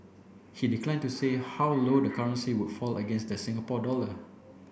he declined to say how low the currency would fall against the Singapore dollar